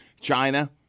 China